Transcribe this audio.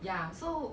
ya so